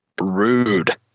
rude